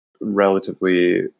relatively